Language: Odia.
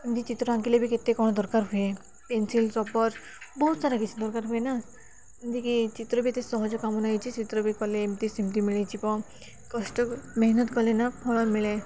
ଏମିତି ଚିତ୍ର ଆଙ୍କିଲେ ବି କେତେ କ'ଣ ଦରକାର ହୁଏ ପେନସିଲ୍ ବହୁତ ସାରା କିଛି ଦରକାର ହୁଏ ନା ଏମିତିକି ଚିତ୍ର ବି ଏତେ ସହଜ କାମ ନେଇ ଚିତ୍ର ବି କଲେ ଏମିତି ସେମିତି ମିଳିଯିବ କଷ୍ଟ ମେହନତ କଲେ ନା ଫଳ ମିଳେ